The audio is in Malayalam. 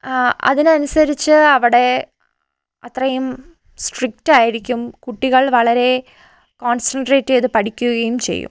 അതിനനുസരിച്ച് അവിടെ അത്രയും സ്ട്രിക്റ്റ് ആയിരിക്കും കുട്ടികൾ വളരെ കോൺസെൻട്രേറ്റ് ചെയ്ത് പഠിക്കുകയും ചെയ്യും